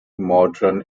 modern